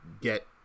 get